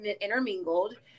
intermingled